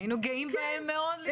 לפני חודש היינו באים בהם מאוד.